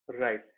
Right